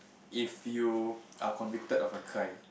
if you are convicted of a crime